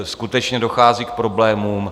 Skutečně dochází k problémům.